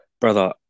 brother